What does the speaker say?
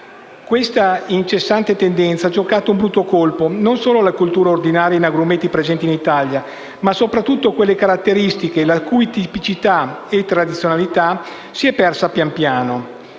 Questa incessante tendenza ha giocato un brutto colpo non solo alle colture ordinarie di agrumi presenti in Italia, ma soprattutto a quelle caratteristiche, la cui tipicità e tradizionalità si è persa pian piano.